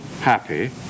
happy